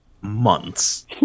months